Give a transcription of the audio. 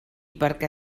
perquè